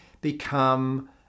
become